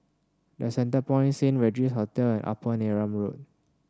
The Centrepoint Saint Regis Hotel and Upper Neram Road